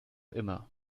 immer